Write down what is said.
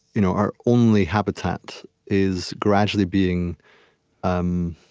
you know our only habitat is gradually being um